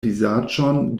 vizaĝon